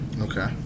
Okay